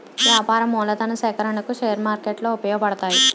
వ్యాపార మూలధన సేకరణకు షేర్ మార్కెట్లు ఉపయోగపడతాయి